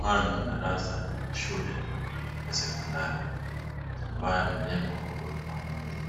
Haya ni madarasa ya shule ya sekondari ambayo yamejengwa katika ghorofa moja,